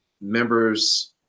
members